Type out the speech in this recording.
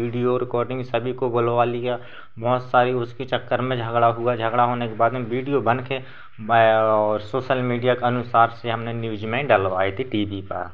video recording सभी को बुलवा लिया बहुत सारा उसके चक्कर में झगड़ा हुआ झगड़ा होने के बाद में वीडियो बनकर और सोशल मीडिया के अनुसार से हमने न्यूज़ में डलवाए थे टी वी पर